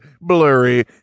Blurry